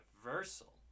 universal